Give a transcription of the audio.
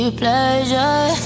pleasure